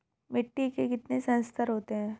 मिट्टी के कितने संस्तर होते हैं?